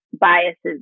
biases